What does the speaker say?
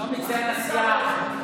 לא מצטיין הסיעה,